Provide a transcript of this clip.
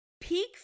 peak